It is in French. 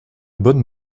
bonnes